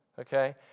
Okay